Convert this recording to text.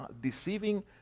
deceiving